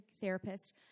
therapist